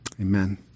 Amen